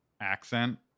accent